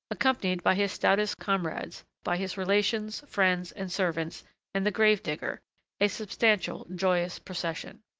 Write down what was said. accompanied by his stoutest comrades, by his relations, friends, and servants and the grave-digger a substantial, joyous procession.